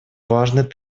важный